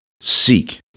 seek